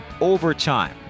overtime